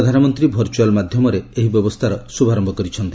ପ୍ରଧାନମନ୍ତ୍ରୀ ଭର୍ଚୁଆଲ୍ ମାଧ୍ୟମରେ ଏହି ବ୍ୟବସ୍ଥାର ଶୁଭାରୟ କରିଛନ୍ତି